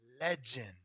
legend